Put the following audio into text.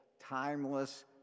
timeless